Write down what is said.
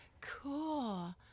cool